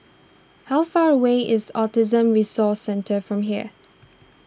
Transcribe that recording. how far away is Autism Resource Centre from here